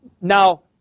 Now